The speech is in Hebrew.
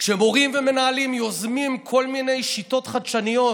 כשמורים ומנהלים יוזמים כל מיני שיטות חדשניות